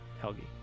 Helgi